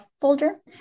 folder